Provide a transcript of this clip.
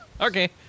Okay